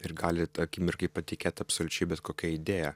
ir gali akimirkai patikėt absoliučiai bet kokia idėja